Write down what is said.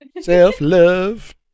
Self-love